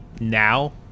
now